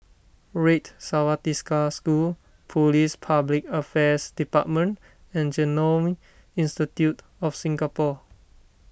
Red Swastika School Police Public Affairs Department and Genome Institute of Singapore